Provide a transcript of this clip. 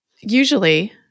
Usually